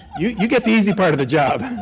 you you get the easy part of the job.